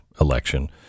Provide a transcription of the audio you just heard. election